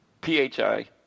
P-H-I